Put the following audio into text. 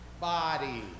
body